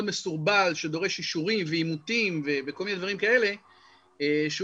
מסורבל שדורש אישורים ואימותים וכל מיני דברים כאלה שהוא